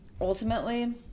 ultimately